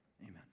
Amen